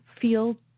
feel